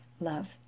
love